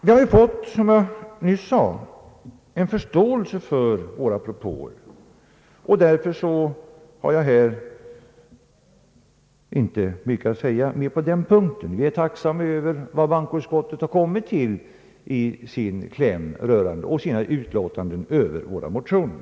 Vi har, som jag nyss sade, fått förståelse för våra propåer, och därför har jag inte mycket mer att säga på denna punkt. Vi är tacksamma över vad bankoutskottet har kommit till i sin kläm och sitt utlåtande rörande våra motioner.